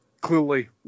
clearly